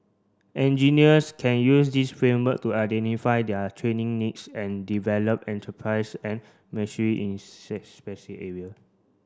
engineers can use this framework to identify their training needs and develop enterprise and in specific area